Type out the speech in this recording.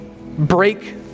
break